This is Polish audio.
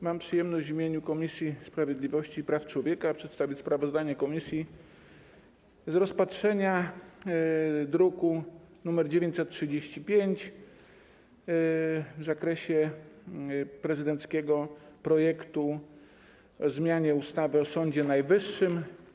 Mam przyjemność w imieniu Komisji Sprawiedliwości i Praw Człowieka przedstawić sprawozdanie komisji z rozpatrzenia druku nr 935 w zakresie prezydenckiego projektu ustawy o zmianie ustawy o Sądzie Najwyższym.